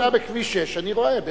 אני נוסע בכביש 6, אני רואה.